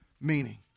meaning